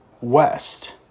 West